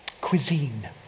cuisine